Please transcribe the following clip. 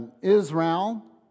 Israel